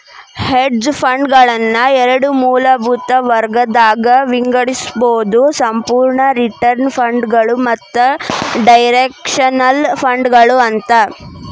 hedge ಫಂಡ್ಗಳನ್ನ ಎರಡ್ ಮೂಲಭೂತ ವರ್ಗಗದಾಗ್ ವಿಂಗಡಿಸ್ಬೊದು ಸಂಪೂರ್ಣ ರಿಟರ್ನ್ ಫಂಡ್ಗಳು ಮತ್ತ ಡೈರೆಕ್ಷನಲ್ ಫಂಡ್ಗಳು ಅಂತ